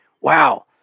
wow